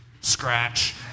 Scratch